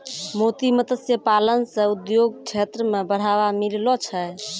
मोती मत्स्य पालन से उद्योग क्षेत्र मे बढ़ावा मिललो छै